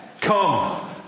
Come